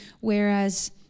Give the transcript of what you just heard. Whereas